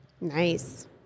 Nice